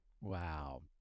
Wow